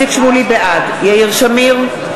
בעד יאיר שמיר,